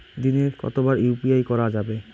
দিনে কতবার ইউ.পি.আই করা যাবে?